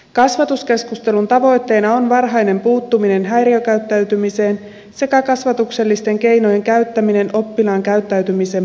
kasvatuskeskustelun tavoitteena on varhainen puuttuminen häiriökäyttäytymiseen sekä kasvatuksellisten keinojen käyttäminen oppilaan käyttäytymisen parantamiseksi